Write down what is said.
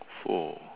[ho]